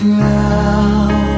now